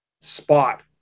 spot